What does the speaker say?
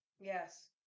Yes